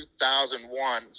2001